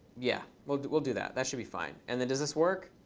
yeah, we'll do we'll do that. that should be fine. and then does this work?